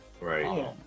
right